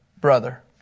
brother